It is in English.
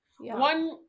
One